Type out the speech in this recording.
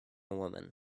woman